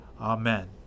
Amen